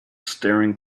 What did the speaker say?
staring